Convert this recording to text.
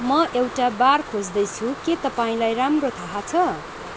म एउटा बार खोज्दैछु के तपाईँलाई राम्रो थाहा छ